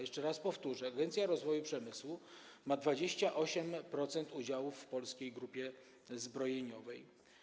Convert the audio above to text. Jeszcze raz powtórzę: Agencja Rozwoju Przemysłu ma 28% udziałów w Polskiej Grupie Zbrojeniowej.